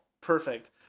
Perfect